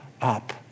up